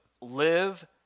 live